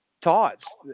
Tots